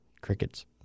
Crickets